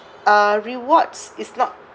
uh rewards is not